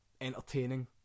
entertaining